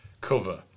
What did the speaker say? cover